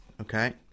Okay